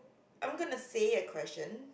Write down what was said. I'm gonna say a question